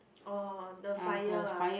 oh the fire ah